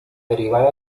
derivada